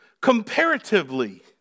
comparatively